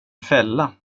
fälla